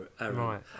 right